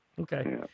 Okay